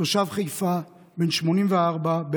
תושב חיפה בן 84,